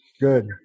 Good